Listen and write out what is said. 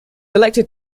elected